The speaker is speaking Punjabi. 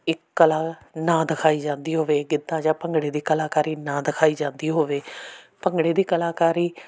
ਇੱਕ ਕਲਾ ਨਾ ਦਿਖਾਈ ਜਾਂਦੀ ਹੋਵੇ ਗਿੱਧਾ ਜਾਂ ਭੰਗੜੇ ਦੀ ਕਲਾਕਾਰੀ ਨਾ ਦਿਖਾਈ ਜਾਂਦੀ ਹੋਵੇ ਭੰਗੜੇ ਦੀ ਕਲਾਕਾਰੀ